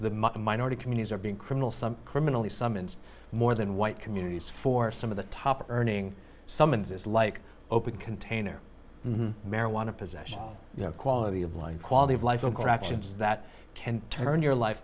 the minority communities are being criminal some criminally some and more than white communities for some of the top earning summonses like open container marijuana possession their quality of life quality of life the corrections that can turn your life